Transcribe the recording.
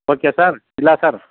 okay sir ಇಡಲಾ sir